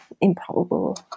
improbable